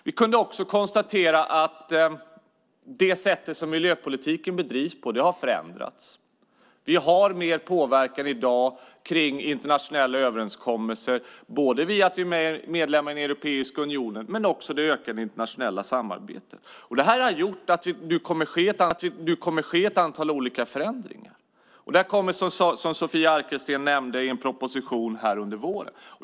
Vi kunde också konstatera att det sätt som miljöpolitiken bedrivs på har förändrats. Vi har mer påverkan i dag kring internationella överenskommelser, både via medlemskapet i Europeiska unionen och via det ökade internationella samarbetet. Detta har gjort att det kommer att ske ett antal olika förändringar. De kommer, som Sofia Arkelsten nämnde, i en proposition under våren.